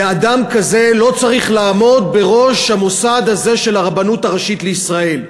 ואדם כזה לא צריך לעמוד בראש המוסד הזה של הרבנות הראשית לישראל.